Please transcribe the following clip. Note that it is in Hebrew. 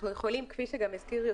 אנחנו יכולים לראות,